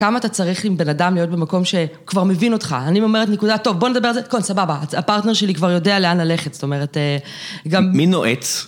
כמה אתה צריך עם בן אדם להיות במקום שכבר מבין אותך. אני אומרת נקודה, טוב, בוא נדבר על זה. קודם, סבבה, הפרטנר שלי כבר יודע לאן ללכת, זאת אומרת, גם... מי נועץ?